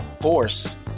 force